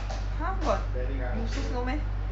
!huh! got so slow meh